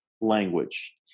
language